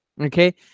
Okay